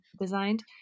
designed